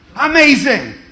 Amazing